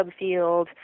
subfield